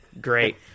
great